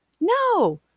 No